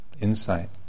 insight